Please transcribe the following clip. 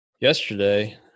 yesterday